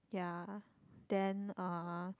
ya then uh